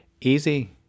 easy